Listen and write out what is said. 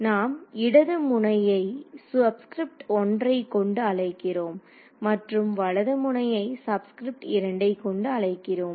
நாம் இடது முனையை சப்சுகிரிப்ட் 1 ஐ கொண்டு அழைக்கிறோம் மற்றும் வலது முனையை சப்சுகிரிப்ட் 2 ஐ கொண்டு அழைக்கிறோம்